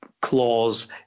clause